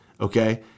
okay